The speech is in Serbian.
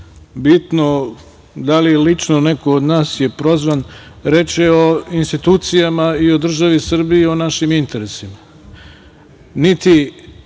bitno da li lično neko od nas je prozvan. Reč je o institucijama, i o državi Srbiji i o našim interesima.